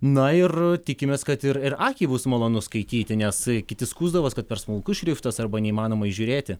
na ir tikimės kad ir ir akiai bus malonu skaityti nes kiti skųsdavos kad per smulkus šriftas arba neįmanoma įžiūrėti